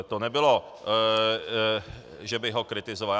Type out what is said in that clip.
To nebylo, že bych ho kritizoval.